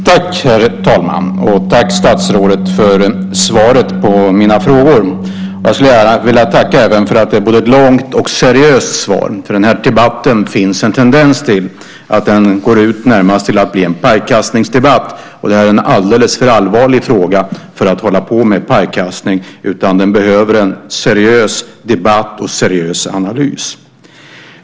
Herr talman! Tack, statsrådet, för svaret på mina frågor. Jag vill även tacka för att det är ett både långt och seriöst svar. Det finns nämligen en tendens till att denna debatt blir en pajkastningsdebatt. Och detta är en alldeles för allvarlig fråga för att man ska hålla på med pajkastning. Frågan behöver en seriös debatt och en seriös analys.